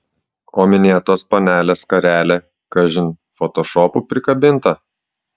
o minėtos panelės skarelė kažin fotošopu prikabinta